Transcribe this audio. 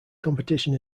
competition